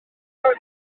faes